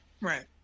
Right